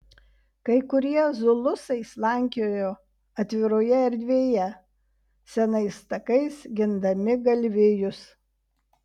kai kurie zulusai slankiojo atviroje erdvėje senais takais gindami galvijus